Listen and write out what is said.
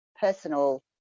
personal